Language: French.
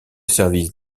service